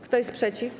Kto jest przeciw?